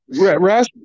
Ras